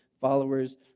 followers